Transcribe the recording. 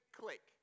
click